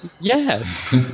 Yes